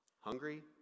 Hungry